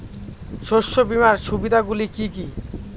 শস্য বীমার সুবিধা গুলি কি কি?